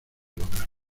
lograr